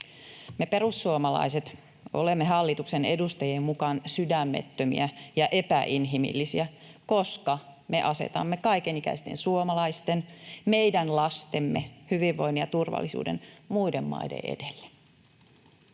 Me perussuomalaiset olemme hallituksen edustajien mukaan sydämettömiä ja epäinhimillisiä, koska me asetamme kaikenikäisten suomalaisten, meidän lastemme, hyvinvoinnin ja turvallisuuden muiden maiden edelle.